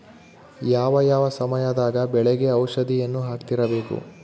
ಯಾವ ಯಾವ ಸಮಯದಾಗ ಬೆಳೆಗೆ ಔಷಧಿಯನ್ನು ಹಾಕ್ತಿರಬೇಕು?